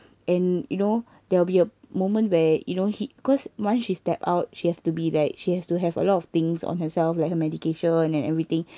and you know there will be a moment where you know he cause once she stepped out she have to be like she has to have a lot of things on herself like a medication and everything